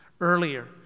earlier